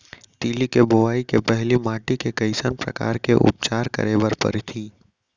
तिलि के बोआई के पहिली माटी के कइसन प्रकार के उपचार करे बर परही?